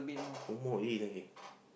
no more already leh